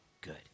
Good